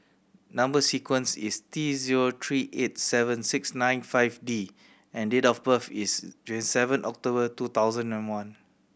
number sequence is T zero three eight seven six nine five D and date of birth is twenty seven October two thousand and one